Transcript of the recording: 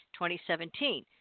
2017